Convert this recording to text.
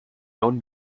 own